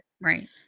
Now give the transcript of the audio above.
Right